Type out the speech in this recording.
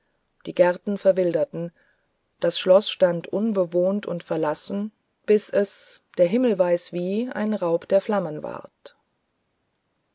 die gärten verwilderten das schloß stand unbewohnt und verlassen bis er der himmel weiß wie ein raub der flammen ward